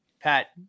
Pat